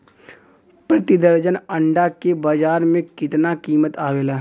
प्रति दर्जन अंडा के बाजार मे कितना कीमत आवेला?